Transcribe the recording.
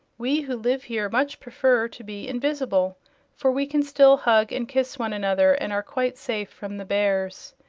we who live here much prefer to be invisible for we can still hug and kiss one another, and are quite safe from the bears.